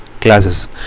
classes